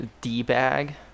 D-bag